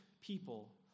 people